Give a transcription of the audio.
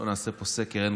בואו נעשה פה סקר,